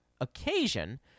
occasion